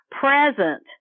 present